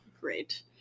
great